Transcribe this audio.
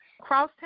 Crosstown